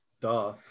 Duh